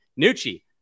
Nucci